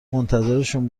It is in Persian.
منتظرشون